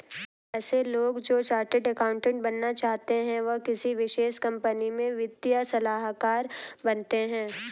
ऐसे लोग जो चार्टर्ड अकाउन्टन्ट बनना चाहते है वो किसी विशेष कंपनी में वित्तीय सलाहकार बनते हैं